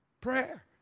Prayer